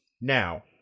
Now